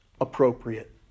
appropriate